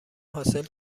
حاصل